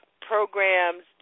programs